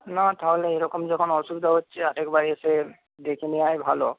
না তাহলে এইরকম যখন অসুবিধা হচ্ছে আরেকবার এসে দেখিয়ে নেওয়াই ভালো